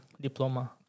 diploma